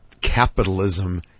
capitalism